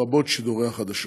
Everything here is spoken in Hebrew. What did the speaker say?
לרבות שידורי החדשות.